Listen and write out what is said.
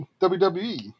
WWE